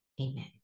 Amen